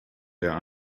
der